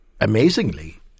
amazingly